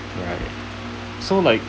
right so like